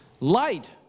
light